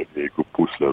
jeigu pūslės